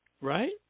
right